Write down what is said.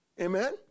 Amen